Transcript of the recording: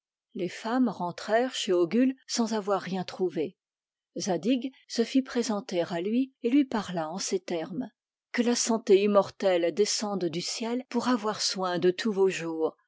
les femmes rentrèrent chez ogul sans avoir rien trouvé zadig se fit présenter à lui et lui parla en ces termes que la santé immortelle descende du ciel pour avoir soin de tous vos jours